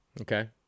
Okay